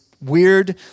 weird